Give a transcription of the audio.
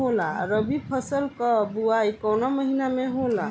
रबी फसल क बुवाई कवना महीना में होला?